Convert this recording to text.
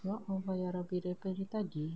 ya allah ya rabi daripada tadi